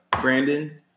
Brandon